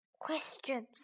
Questions